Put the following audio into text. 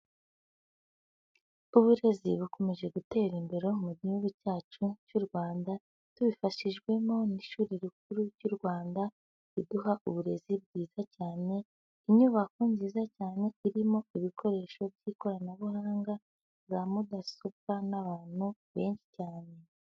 Uburezi bukomeje gutera imbere mu gihugu cyacu cy'u Rwanda, tubifashijwemo n'ishuri rikuru ry'u Rwanda riduha uburezi bwiza cyane, inyubako nziza cyane irimo ibikoresho by'ikoranabuhanga, za mudasobwa n'abantu benshi cyane.